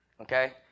okay